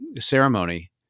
ceremony –